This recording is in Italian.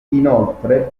inoltre